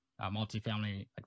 multifamily